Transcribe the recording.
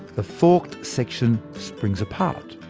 the forked section springs apart.